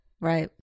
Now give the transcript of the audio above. Right